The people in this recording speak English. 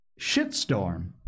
shitstorm